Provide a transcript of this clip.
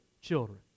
children